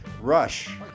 Rush